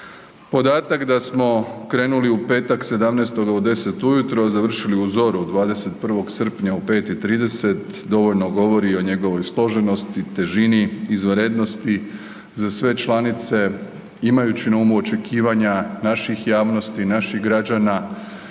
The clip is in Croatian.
podatak da smo krenuli u petak 17. u 10:00 ujutro, a završili u zoru 21. srpnja u 5:30 dovoljno govori o njegovoj složenosti, težini, izvanrednosti za sve članice imajući na umu očekivanja naših javnosti, naših građana,